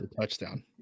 touchdown